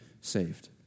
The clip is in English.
saved